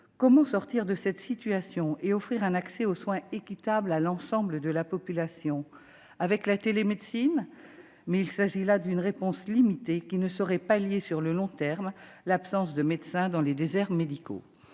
Comment sortir de cette situation et offrir un accès aux soins équitable à l'ensemble de la population ? La télémédecine est une réponse limitée qui ne saurait pallier sur le long terme l'absence de médecins dans les déserts médicaux.